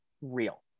real